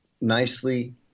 nicely